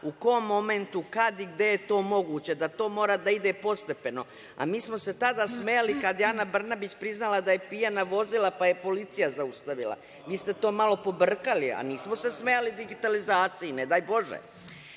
u kom momentu, kad i gde je to moguće, da to mora da ide postepeno. A mi smo se tada smejali kada je Ana Brnabić priznala da je pijana vozila pa je policija zaustavila. Vi ste to malo pobrkali. Nismo se smejali digitalizaciji, ne daj